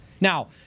Now